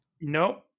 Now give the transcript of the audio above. Nope